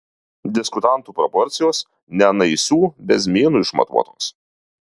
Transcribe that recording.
diskutantų proporcijos ne naisių bezmėnu išmatuotos